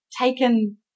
taken